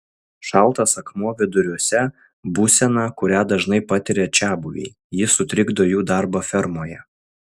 šaltas akmuo viduriuose būsena kurią dažnai patiria čiabuviai ji sutrikdo jų darbą fermoje